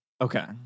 Okay